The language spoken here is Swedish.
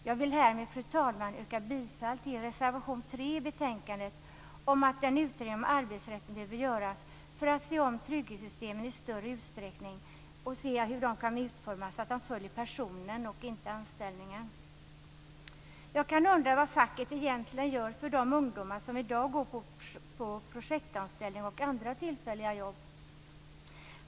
Jag vill härmed, fru talman, yrka bifall till reservation 3 i betänkandet, vilken handlar om att en utredning av arbetsrätten behöver göras för att i större utsträckning se om trygghetssystemen och för att se hur dessa kan utformas så att de följer personen, inte anställningen. Jag kan undra vad facket egentligen gör för de ungdomar som i dag har projektanställning eller andra tillfälliga jobb.